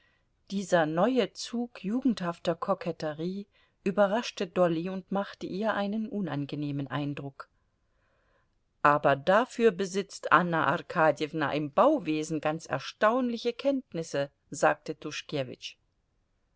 dieser neue zug jugendhafter koketterie überraschte dolly und machte ihr einen unangenehmen eindruck aber dafür besitzt anna arkadjewna im bauwesen ganz erstaunliche kenntnisse sagte